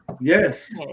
Yes